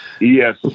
Yes